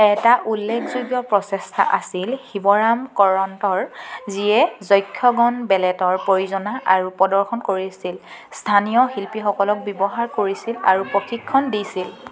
এটা উল্লেখযোগ্য প্ৰচেষ্টা আছিল শিৱৰাম কৰন্থৰ যিয়ে যক্ষগণ বেলেটৰ প্ৰযোজনা আৰু প্ৰদৰ্শন কৰিছিল স্থানীয় শিল্পীসকলক ব্যৱহাৰ কৰিছিল আৰু প্ৰশিক্ষণ দিছিল